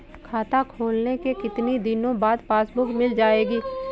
खाता खोलने के कितनी दिनो बाद पासबुक मिल जाएगी?